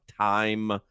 time